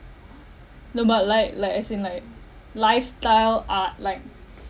no but like like as in like lifestyle uh like